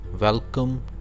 Welcome